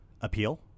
appeal